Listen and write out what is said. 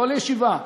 כל ישיבה.